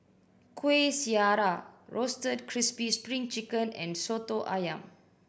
Kueh Syara Roasted Crispy Spring Chicken and Soto Ayam